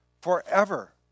forever